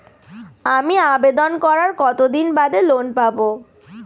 আমি আবেদন করার কতদিন বাদে লোন পাব?